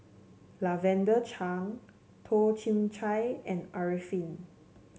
Lavender Chang Toh Chin Chye and Arifin